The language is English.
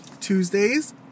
Tuesdays